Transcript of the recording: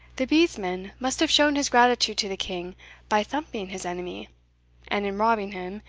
the bedesman must have shown his gratitude to the king by thumping his enemy and in robbing him,